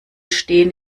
stehen